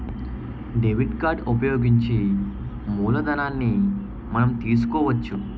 debit card ఉపయోగించి మూలధనాన్ని మనం తీసుకోవచ్చు